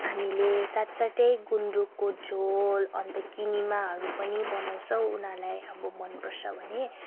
हामीले साथसाथै गुन्द्रुकको झोल अन्त किनिमाहरू पनि बनाउँछौँ उनीहरूलाई अब मन पर्छ भने